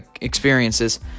experiences